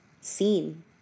seen